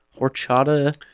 Horchata